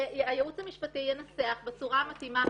שהייעוץ המשפטי ינסח בצורה המתאימה